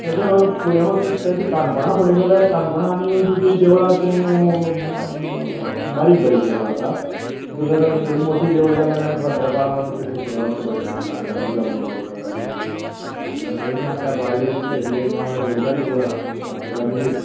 तेज्या फुडें वचत जाल्यार तेजे काणकोणां फुडें गेल्यार काणकोणां आनी तुजीं देवळां अशीं बारीक बारीक देवळां आसात तुमकां जर तेजी मोठी देवळां जाय जाल्यार मागीर ती फातर्पा तशीं फुडें वचचें पडटलें शांतादुर्गा म्हणून एक देवूळ आसा थंय ना त्या बाळ्ळी एरियेक ना म्हणळ्यार दोन चार देवळां आसा फातरकान्नीलीच